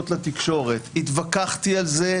תדייק בעובדות.